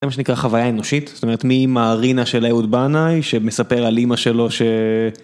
זה מה שנקרא חוויה אנושית, זאת אומרת ממהרי נא של אהוד בנאי, שמספר על אמא שלו ש...